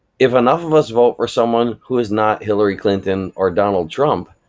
if enough of us vote for someone who is not hillary clinton or donald trump,